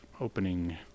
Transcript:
opening